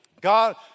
God